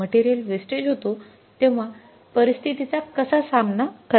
तेव्हा परिस्थितीचा कसा सामना करावा